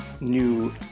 new